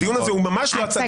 הדיון הזה הוא ממש לא ההצגה.